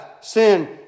sin